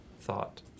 thought